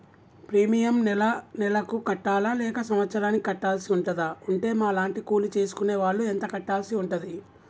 Premium నెల నెలకు కట్టాలా లేక సంవత్సరానికి కట్టాల్సి ఉంటదా? ఉంటే మా లాంటి కూలి చేసుకునే వాళ్లు ఎంత కట్టాల్సి ఉంటది?